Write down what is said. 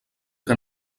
que